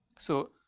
so,